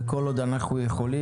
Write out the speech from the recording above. וכל עוד אנחנו יכולים,